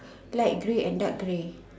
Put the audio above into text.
light grey and dark grey